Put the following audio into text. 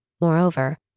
Moreover